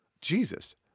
Jesus